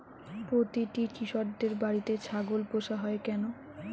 প্রতিটি কৃষকদের বাড়িতে ছাগল পোষা হয় কেন?